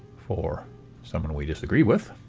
for someone we disagree with